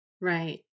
right